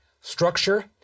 structure